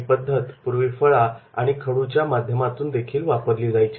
ही पद्धत पूर्वी फळा आणि खडूच्या माध्यमातून देखील वापरली जायची